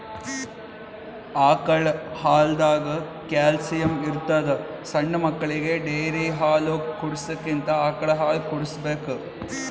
ಆಕಳ್ ಹಾಲ್ದಾಗ್ ಕ್ಯಾಲ್ಸಿಯಂ ಇರ್ತದ್ ಸಣ್ಣ್ ಮಕ್ಕಳಿಗ ಡೇರಿ ಹಾಲ್ ಕುಡ್ಸಕ್ಕಿಂತ ಆಕಳ್ ಹಾಲ್ ಕುಡ್ಸ್ಬೇಕ್